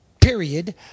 Period